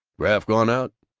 graff gone out?